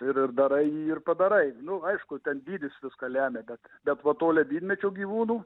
ir darai ir padarai nu aišku tas dydis viską lemia bet datuoto ledynmečio gyvūnų